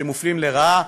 שמופלים לרעה,